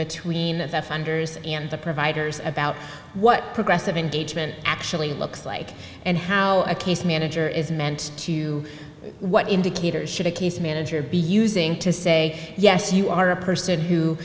funders and the providers about what progressive engagement actually looks like and how a case manager is meant to what indicators should a case manager be using to say yes you are a person who